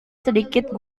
sedikit